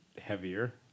heavier